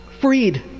Freed